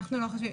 אנחנו לא חושבים.